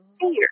fear